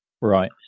Right